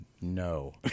no